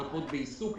מרפאות בעיסוק,